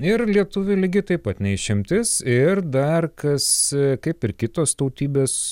ir lietuviai lygiai taip pat ne išimtis ir dar kas kaip ir kitos tautybės